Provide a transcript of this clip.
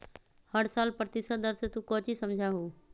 हर साल प्रतिशत दर से तू कौचि समझा हूँ